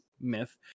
myth